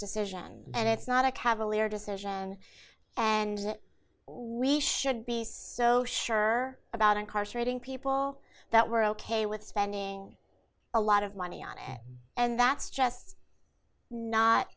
decision and it's not a cavalier decision and we should be so sure about incarcerating people that we're ok with spending a lot of money on it and that's just not